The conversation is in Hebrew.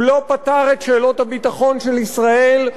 הוא לא פתר את שאלות הביטחון של ישראל,